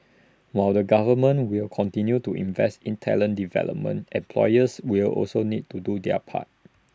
while the government will continue to invest in talent development employers will also need to do their part